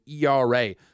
ERA